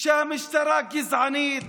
שהמשטרה גזענית?